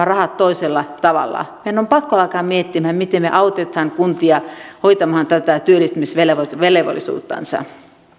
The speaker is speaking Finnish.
rahat toisella tavalla meidän on pakko alkaa miettimään miten me autamme kuntia hoitamaan tätä työllistämisvelvollisuuttansa